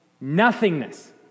nothingness